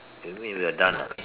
you mean we are done ah